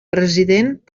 president